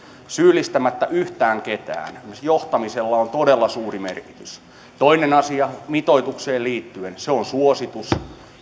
syyllistämättä yhtään ketään esimerkiksi johtamisella on todella suuri merkitys toinen asia mitoitukseen liittyen se on suositus